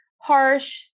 harsh